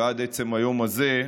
ועד עצם היום הזה,